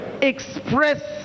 express